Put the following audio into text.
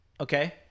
Okay